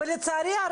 בלשכות,